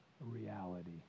reality